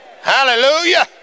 Hallelujah